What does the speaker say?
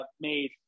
made